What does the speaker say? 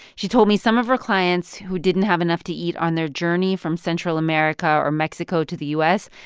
she told me some of her clients who didn't have enough to eat on their journey from central america or mexico to the u s,